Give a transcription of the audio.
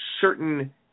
certain